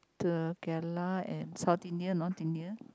to kerala and South India North India